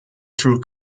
through